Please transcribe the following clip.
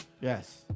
Yes